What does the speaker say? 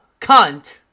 cunt